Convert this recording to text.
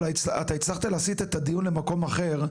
אבל אתה הצלחת להסיט את הדיון למקום אחר,